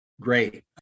great